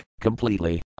completely